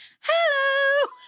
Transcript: hello